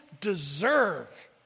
deserve